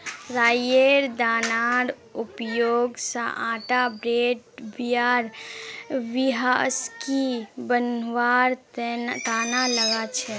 राईयेर दानार उपयोग स आटा ब्रेड बियर व्हिस्की बनवार तना लगा छेक